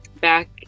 back